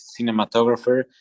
cinematographer